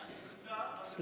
אני נמצא, אבל מוותר.